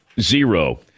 zero